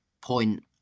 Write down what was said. point